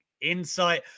Insight